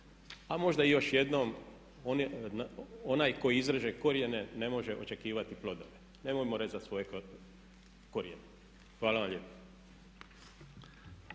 A možda i još jednom onaj tko izreže korijene ne može očekivati plodove. Nemojmo rezati svoje korijene. Hvala vam lijepa.